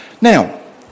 Now